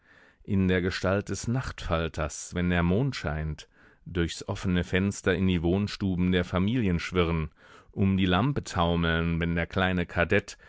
in der gestalt des nachtfalters wenn der mond scheint durchs offene fenster in die wohnstuben der familien schwirren um die lampe taumeln wenn der kleine kadett